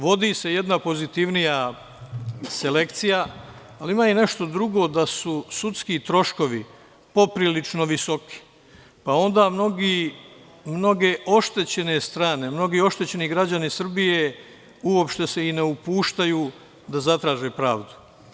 Vodi se jedna pozitivnija selekcija, ali ima i nešto drugo, da su sudski troškovi poprilično visoki, pa onda mnoge oštećene strane, mnogi oštećeni građani Srbije uopšte se i ne upuštaju da zatraže pravdu.